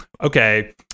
okay